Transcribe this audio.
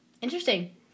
Interesting